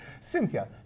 Cynthia